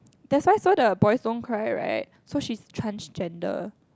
that's why saw the boys don't cry right so she's transgender